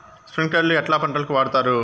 స్ప్రింక్లర్లు ఎట్లా పంటలకు వాడుతారు?